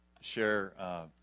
share